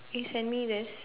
can you send me this